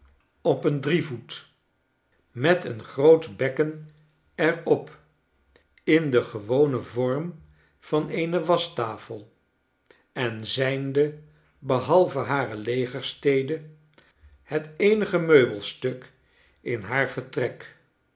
een drievoet met een groot bekken er op in den gewonen vorm van eene waschtafel en zijnde behalve hare legerstede het eenige meubelstuk in haar vertrek